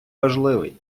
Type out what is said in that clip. важливий